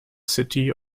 city